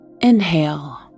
inhale